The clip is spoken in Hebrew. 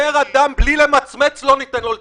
אומר אדם בלי למצמץ: לא ניתן לו לדבר.